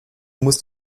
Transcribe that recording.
musst